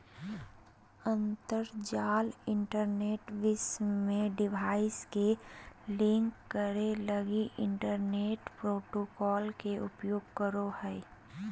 अंतरजाल इंटरनेट विश्व में डिवाइस के लिंक करे लगी इंटरनेट प्रोटोकॉल के उपयोग करो हइ